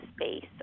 space